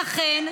ולכן,